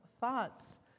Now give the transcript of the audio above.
thoughts